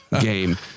game